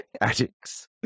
addicts